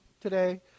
today